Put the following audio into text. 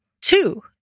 Two